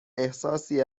احساسی